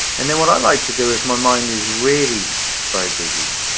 and then what i like to do, if my mind is really very busy,